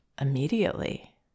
immediately